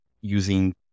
using